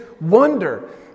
wonder